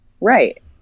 Right